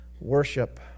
worship